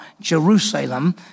Jerusalem